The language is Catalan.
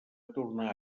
tornar